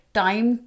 time